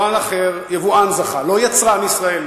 יבואן זכה, לא יצרן ישראלי.